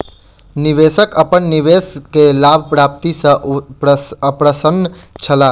निवेशक अपन निवेश के लाभ प्राप्ति सॅ अप्रसन्न छला